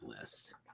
list